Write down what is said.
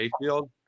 Mayfield